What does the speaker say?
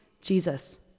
Jesus